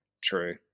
True